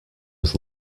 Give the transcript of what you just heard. was